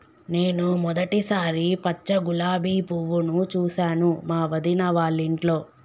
నేను మొదటిసారి పచ్చ గులాబీ పువ్వును చూసాను మా వదిన వాళ్ళింట్లో